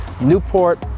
Newport